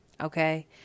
okay